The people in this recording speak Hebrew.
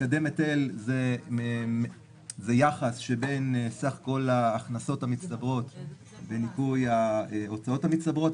מקדם היטל זה יחס שבין סך כל ההכנסות המצטברות בניכוי ההוצאות המצטברות,